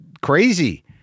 crazy